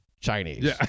Chinese